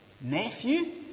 nephew